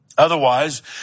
Otherwise